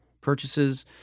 purchases